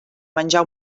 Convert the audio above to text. menjà